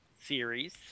series